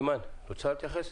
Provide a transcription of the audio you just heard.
אימאן, את רוצה להתייחס?